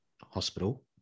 hospital